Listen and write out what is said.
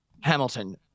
hamilton